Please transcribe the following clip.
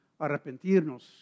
arrepentirnos